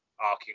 arcing